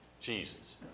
Jesus